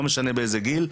לא משנה באיזה גיל,